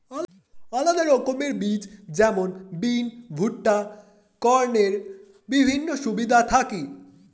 আলাদা রকমের বীজ যেমন বিন, ভুট্টা, কর্নের বিভিন্ন সুবিধা থাকি